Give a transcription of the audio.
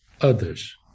others